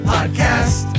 Podcast